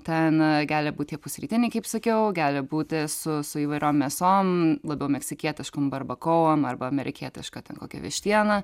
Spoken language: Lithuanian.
ten gali būt tie pusrytiniai kaip sakiau gali būt su su įvairiom mėsom labiau meksikietiškom barbakoam arba amerikietiška ten kokia vištiena